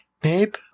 babe